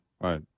right